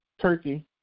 turkey